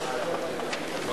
התשע"א 2011,